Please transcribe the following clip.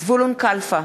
זבולון קלפה,